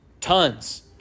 tons